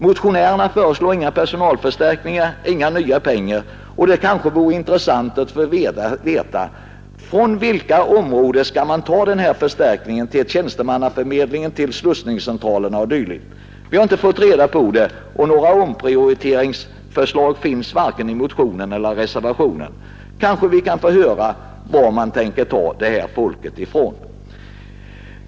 Motionärerna föreslår inga personalförstärkningar eller ytterligare medel. Det vore intressant att få veta från vilka områden man har tänkt sig få personalförstärkningar till tjänstemannaförmedlingen och till slussningscentralerna. Det har man inte talat om och några omprioriteringsförslag finns varken i reservationen eller i motionen. Kanske vi nu kan få veta varifrån man har tänkt sig ta dessa människor.